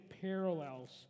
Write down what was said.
parallels